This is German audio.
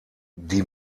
die